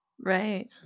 Right